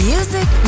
Music